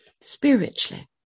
spiritually